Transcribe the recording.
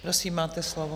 Prosím, máte slovo.